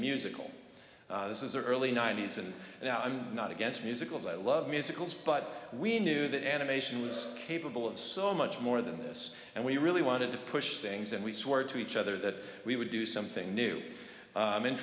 musical this is the early ninety's and now i'm not against musicals i love musicals but we knew that animation was capable of so much more than this and we really wanted to push things and we swore to each other that we would do something new